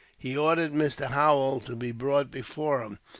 he ordered mr. holwell to be brought before him.